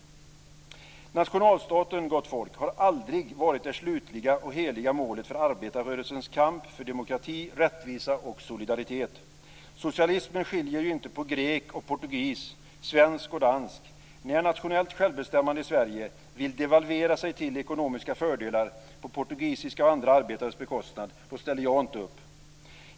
Nationalstaten, gott folk, har aldrig varit det slutliga och heliga målet för arbetarrörelsens kamp för demokrati, rättvisa och solidaritet. Socialismen skiljer inte på grek och portugis eller svensk och dansk. När nationellt självbestämmande i Sverige vill devalvera sig till ekonomiska fördelar på portugisiska och andra arbetares bekostnad, då ställer jag inte upp.